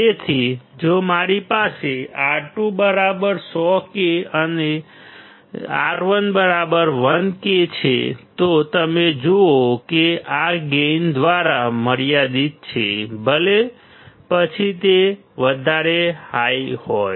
તેથી જો મારી પાસે R2 બરાબર 100K અને R1 બરાબર 1K છે તમે જુઓ કે તે આ ગેઇન દ્વારા મર્યાદિત છે પછી ભલે તે વધારે હાઈ હોય